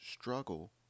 struggle